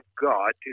God